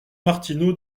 martino